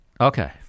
Okay